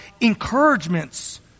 encouragements